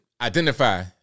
identify